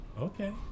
Okay